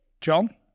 John